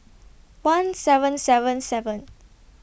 one seven seven seven